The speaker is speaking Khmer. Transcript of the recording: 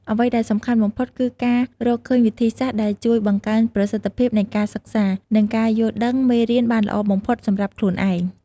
អ្វីដែលសំខាន់បំផុតគឺការរកឃើញវិធីសាស្ត្រដែលជួយបង្កើនប្រសិទ្ធភាពនៃការសិក្សា និងការយល់ដឹងមេរៀនបានល្អបំផុតសម្រាប់ខ្លួនឯង។